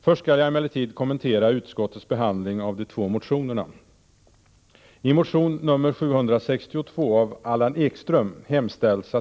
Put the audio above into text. Först skall jag emellertid kommentera utskottets behandling av de två motionerna.